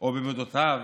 או במידותיו,